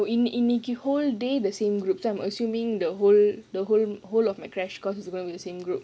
no in இன்னைக்கு:innaikku the whole day the same group so I'm assuming the whole the whol~ whole of my crash course is going to be the same group